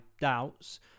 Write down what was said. doubts